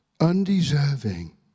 undeserving